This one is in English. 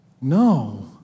No